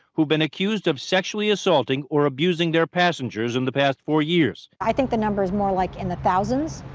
who've been accused of sexually assaulting or abusing their passengers in the past four years. i think the number is more, like, in the thousands.